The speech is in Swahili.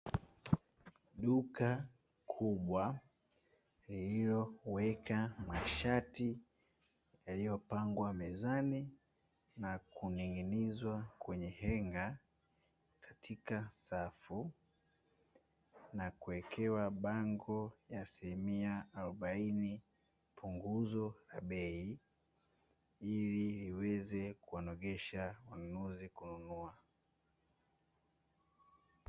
Duka kubwa lililoweka mashati yaliyopangwa mezani na kuning'inizwa kwenye henga katika safu. na kuwekewa bango ya asilimia arobaini punguzo la bei ili liweze kunogesha wanunuzi kununua.